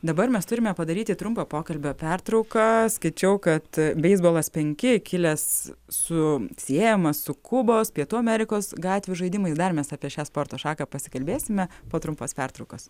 dabar mes turime padaryti trumpą pokalbio pertrauką skaičiau kad beisbolas penki kilęs su siejamas su kubos pietų amerikos gatvių žaidimais dar mes apie šią sporto šaką pasikalbėsime po trumpos pertraukos